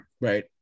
Right